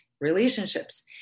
relationships